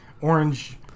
orange